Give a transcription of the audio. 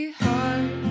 heart